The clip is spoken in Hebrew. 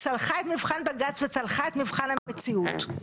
צלחה את מבחן בג"ץ וצלחה את מבחן המציאות.